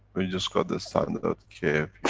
were just got the standard ah kf,